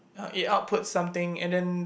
it outputs something and then